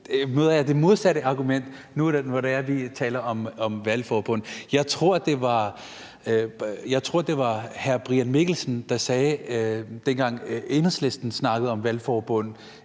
det modsatte argument. Nu, hvor vi taler om valgforbund, så tror jeg, det var hr. Brian Mikkelsen, der sagde, dengang Enhedslisten vist snakkede om valgforbund,